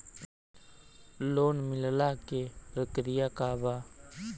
Loan मिलेला के प्रक्रिया का बा?